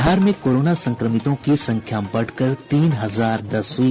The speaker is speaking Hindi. बिहार में कोरोना संक्रमितों की संख्या बढ़कर तीन हजार दस हुई